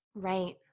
right